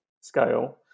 scale